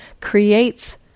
creates